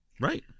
right